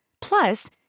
Plus